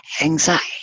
anxiety